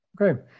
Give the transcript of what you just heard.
okay